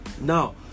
now